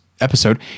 episode